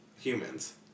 humans